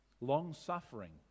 long-suffering